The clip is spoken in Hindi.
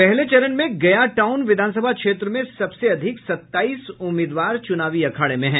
पहले चरण में गया टाउन विधान सभा क्षेत्र में सबसे अधिक सत्ताईस उम्मीदवार चुनावी अखाडें में हैं